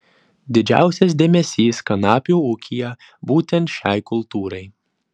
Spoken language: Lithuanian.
didžiausias dėmesys kanapių ūkyje būtent šiai kultūrai